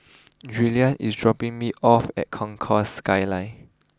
Julien is dropping me off at Concourse Skyline